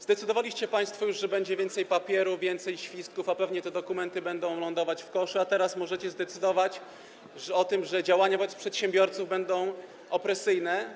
Zdecydowaliście państwo już, że będzie więcej papieru, więcej świstków, a pewnie te dokumenty będą lądować w koszu, a teraz możecie zdecydować o tym, że działania wobec przedsiębiorców będą opresyjne.